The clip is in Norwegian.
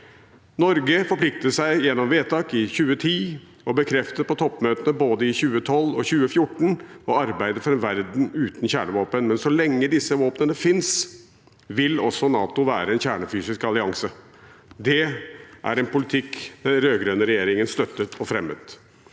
Norge forpliktet seg gjennom vedtak i 2010 og bekreftet på toppmøtet både i 2012 og i 2014 å arbeide for en verden uten kjernevåpen. Men så lenge disse våpnene fins, vil også NATO være en kjernefysisk allianse. Det er en politikk den rødgrønne regjeringen støttet og fremmet.